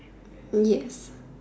yes